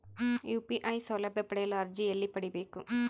UPI ಸೌಲಭ್ಯ ಪಡೆಯಲು ಅರ್ಜಿ ಎಲ್ಲಿ ಪಡಿಬೇಕು?